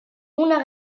una